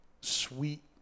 sweet